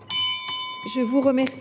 Je veux remercier